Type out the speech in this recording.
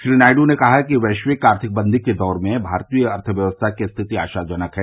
श्री नायडू ने कहा है कि वैश्विक आर्थिक मंदी के दौर में भारतीय अर्थव्यवस्था की स्थिति आशाजनक है